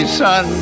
son